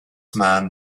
man